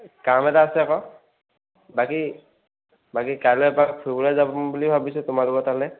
কাম এটা আছে আকৌ বাকী বাকী কাইলৈ এপাক ফুৰিবলৈ যাম বুলি ভাবিছোঁ তোমালোকৰ তালৈ